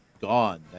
gone